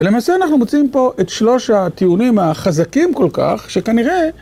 למעשה אנחנו מוצאים פה את שלוש הטיעונים החזקים כל כך שכנראה